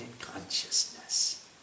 consciousness